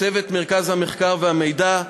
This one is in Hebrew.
צוות מרכז המחקר והמידע,